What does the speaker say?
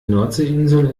nordseeinsel